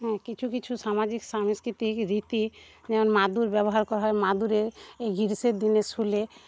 কিছু কিছু সামাজিক সাংস্কৃতিক রীতি যেমন মাদুর ব্যবহার করা হয় মাদুরে গ্রীষ্মের দিন শুলে